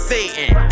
Satan